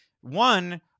One